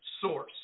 source